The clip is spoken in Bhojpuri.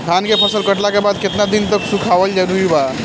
धान के फसल कटला के बाद केतना दिन तक सुखावल जरूरी बा?